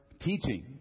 teaching